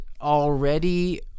already